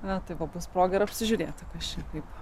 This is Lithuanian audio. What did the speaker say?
na tai va bus proga ir apsižiūrėti kas čia kaip